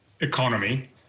economy